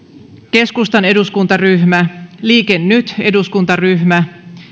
keskustan eduskuntaryhmä liike nyt eduskuntaryhmä